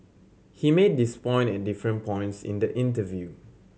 he made this point at different points in the interview